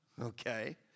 Okay